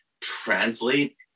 translate